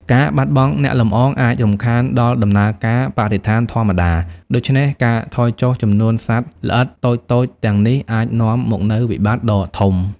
ការបាត់បង់អ្នកលំអងអាចរំខានដល់ដំណើរការបរិស្ថានធម្មតា ដូច្នេះ ការថយចុះចំនួនសត្វល្អិតតូចៗទាំងនេះអាចនាំមកនូវវិបត្តិដ៏ធំ។